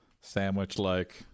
sandwich-like